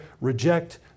reject